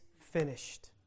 finished